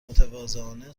متواضعانه